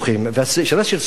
והשאלה של סוריה.